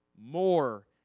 more